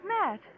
Matt